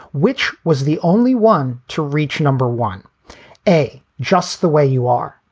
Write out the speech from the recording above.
which was the only one to reach. number one a. just the way you are.